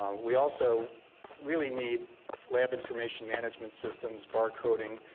um we also really need lab information management systems, bar-coding,